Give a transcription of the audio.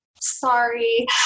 Sorry